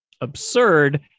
absurd